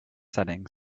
setting